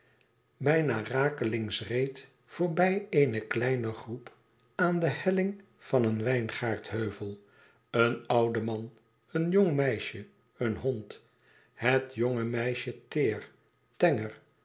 bijna rakelings reed voorbij een kleine groep aan de helling van een wijngaardheuvel een oude man een jong meisje een hond het jonge meisje teêr tenger